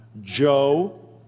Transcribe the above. Joe